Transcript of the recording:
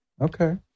okay